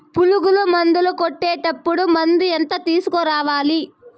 పులుగు మందులు కొట్టేటప్పుడు మందు ఎంత తీసుకురావాలి?